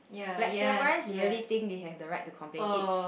like Singaporeans really think they have the right to complain it's